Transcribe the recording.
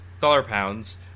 dollar-pounds